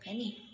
हैनी